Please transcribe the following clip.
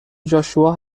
جاشوا